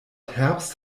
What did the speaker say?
herbst